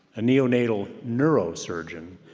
a neonatal neurosurgeon,